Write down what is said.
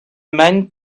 man